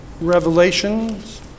Revelations